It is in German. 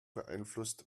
beeinflusst